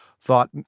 thought